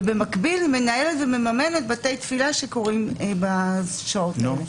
ובמקביל היא מנהלת ומממנת בתי תפילה שקוראים בשעות האלה.